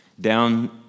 down